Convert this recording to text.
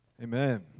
Amen